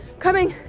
coming.